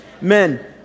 men